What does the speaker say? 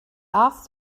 asked